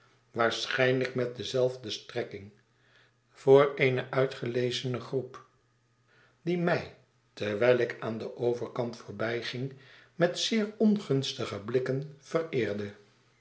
waarschijnlijk met dezelfde strekking voor eene uitgelezene groep die mij terwijl ik aan den overkant voorbijging met zeer ongunstige blikken vereerde